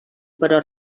però